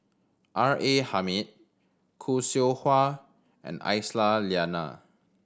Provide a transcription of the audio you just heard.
R A Hamid Khoo Seow Hwa and Aisyah Lyana